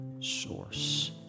source